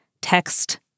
text